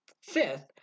Fifth